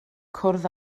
cwrdd